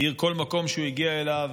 האיר כל מקום שהוא הגיע אליו